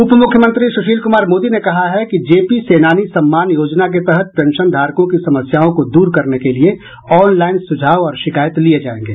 उपमुख्यमंत्री सुशील कुमार मोदी ने कहा है कि जेपी सेनानी सम्मान योजना के तहत पेंशनधारकों की समस्याओं को दूर करने के लिए ऑनलाईन सुझाव और शिकायत लिये जायेंगे